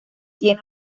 tiene